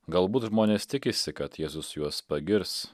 galbūt žmonės tikisi kad jėzus juos pagirs